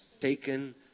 taken